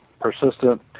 persistent